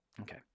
Okay